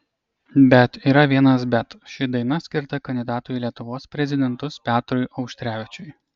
bet yra vienas bet ši daina skirta kandidatui į lietuvos prezidentus petrui auštrevičiui